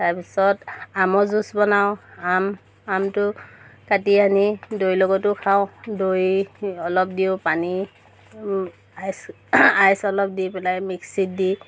তাৰপিছত আমৰ জুচ বনাওঁ আম আমটো কাটি আনি দৈৰ লগতো খাওঁ দৈ অলপ দিওঁ পানী আইচ আইচ অলপ দি পেলাই মিক্সিত দি